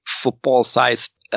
football-sized